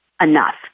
enough